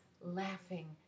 laughing